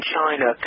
China